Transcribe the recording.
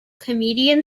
comedian